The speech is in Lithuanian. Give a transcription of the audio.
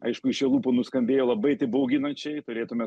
aišku iš jo lūpų nuskambėjo labai taip bauginančiai turėtume